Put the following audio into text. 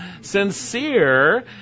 sincere